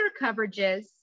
coverages